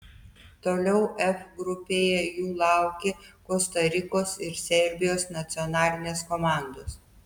toliau f grupėje jų laukia kosta rikos ir serbijos nacionalinės komandos